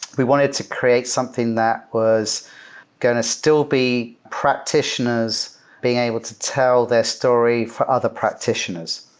we wanted to create something that was going to still be practitioners being able to tell their story for other practitioners,